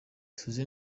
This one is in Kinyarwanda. tuzi